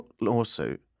lawsuit